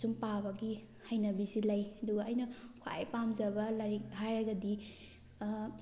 ꯑꯁꯨꯝ ꯄꯥꯕꯒꯤ ꯍꯩꯅꯕꯤꯁꯤ ꯂꯩ ꯑꯗꯨꯒ ꯑꯩꯅ ꯈ꯭ꯋꯥꯏ ꯄꯥꯝꯖꯕ ꯂꯥꯏꯔꯤꯛ ꯍꯥꯏꯔꯒꯗꯤ